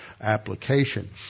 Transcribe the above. application